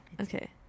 okay